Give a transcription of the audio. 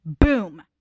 Boom